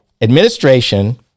administration